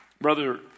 brother